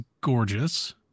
gorgeous